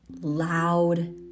loud